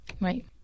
Right